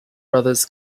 brothers